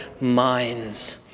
minds